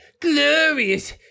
glorious